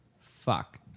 Fuck